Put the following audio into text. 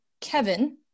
Kevin